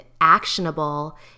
actionable